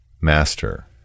Master